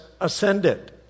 ascended